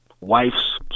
wife's